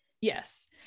Yes